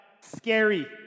scary